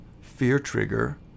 fear-trigger